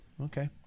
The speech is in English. okay